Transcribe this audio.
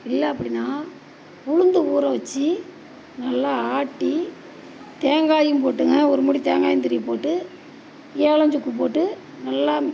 இல்லை அப்படின்னா உளுந்து ஊற வச்சு நல்லா ஆட்டி தேங்காயும் போட்டுங்க ஒரு மூடி தேங்காயும் துருவி போட்டு ஏலம் சுக்கு போட்டு நல்லா